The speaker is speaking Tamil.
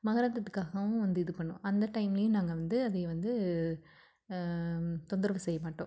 மகரந்தத்துக்காகவும் வந்து இது பண்ணும் அந்த டைம்லேயும் நாங்கள் வந்து அதை வந்து தொந்தரவு செய்ய மாட்டோம்